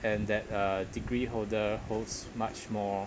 and that uh degree holder holds much more